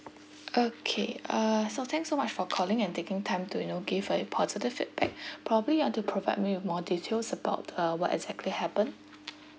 okay uh so thanks so much for calling and taking time to you know give a positive feedback probably you want to provide me with more details about uh what exactly happened